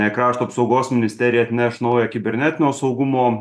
krašto apsaugos ministerija atneš naują kibernetinio saugumo